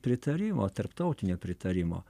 pritarimo tarptautinio pritarimo